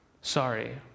Sorry